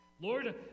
Lord